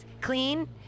clean